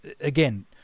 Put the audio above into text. again